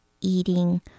eating